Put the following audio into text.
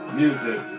music